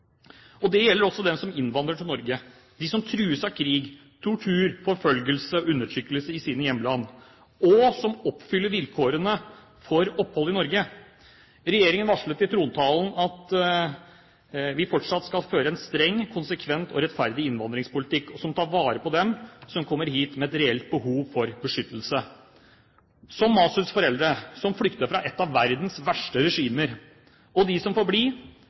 Det gjelder også dem som innvandrer til Norge, som trues av krig, tortur, forfølgelse og undertrykkelse i sine hjemland, og som oppfyller vilkårene for opphold i Norge. Regjeringen varslet i trontalen at vi fortsatt skal føre en streng, konsekvent og rettferdig innvandringspolitikk som tar vare på dem som kommer hit med et reelt behov for beskyttelse, som Masuds foreldre som flyktet fra et av verdens verste regimer. Og de som